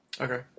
Okay